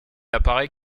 apparaît